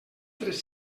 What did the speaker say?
tres